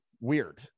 Weird